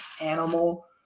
animal